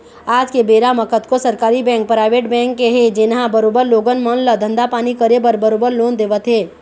आज के बेरा म कतको सरकारी बेंक, पराइवेट बेंक हे जेनहा बरोबर लोगन मन ल धंधा पानी करे बर बरोबर लोन देवत हे